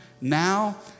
Now